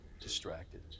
distracted